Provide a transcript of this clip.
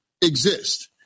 exist